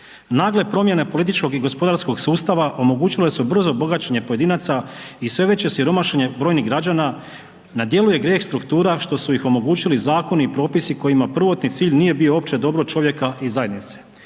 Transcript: Nagle promjene političkog i gospodarskog sustava omogućile su brzo bogaćenje pojedinaca i sve veće siromašenje brojnih građana na djelu je grijeh struktura što su ih omogućili zakoni i propisi kojima prvotni cilj nije bio opće dobro čovjeka i zajednice“.